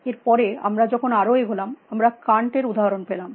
এর পরে আমরা যখন আরো এগোলাম আমরা কান্ট এর উদাহরণ পেলাম